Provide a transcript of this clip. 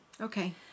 okay